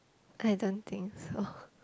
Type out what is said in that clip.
I don't think so